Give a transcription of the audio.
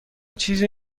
چیزی